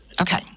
Okay